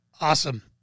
Awesome